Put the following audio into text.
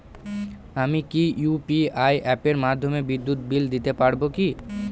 আমি কি ইউ.পি.আই অ্যাপের মাধ্যমে বিদ্যুৎ বিল দিতে পারবো কি?